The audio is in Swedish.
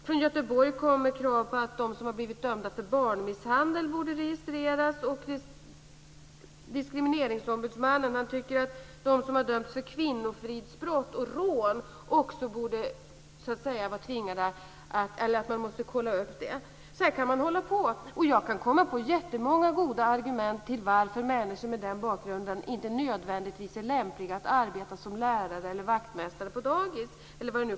Från Göteborg kommer krav på att de som har blivit dömda för barnmisshandel borde registreras. Diskrimineringsombudsmannen tycker att det måste kollas upp också om någon har dömts för kvinnofridsbrott och rån. Så kan man hålla på. Jag kan komma på jättemånga goda argument för att människor med den bakgrunden inte är lämpliga att arbeta som lärare eller vaktmästare på dagis, t.ex.